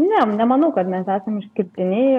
ne nemanau kad mes esam išskirtiniai